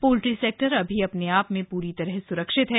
poultry sector अभी अपने आप में पूरी तरह स्रक्षित है